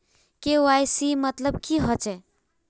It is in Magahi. के.वाई.सी मतलब की होचए?